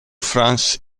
france